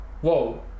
whoa